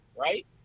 right